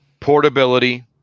portability